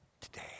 today